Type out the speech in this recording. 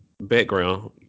Background